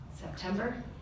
September